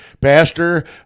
Pastor